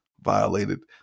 violated